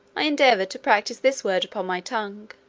i endeavoured to practise this word upon my tongue